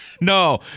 no